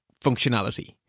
functionality